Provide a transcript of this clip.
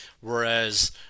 Whereas